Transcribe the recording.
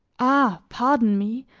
ah! pardon me,